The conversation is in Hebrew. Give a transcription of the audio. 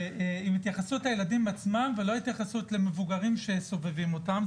עם התייחסות לילדים עצמם ולא עם התייחסות למבוגרים שסובבים אותם,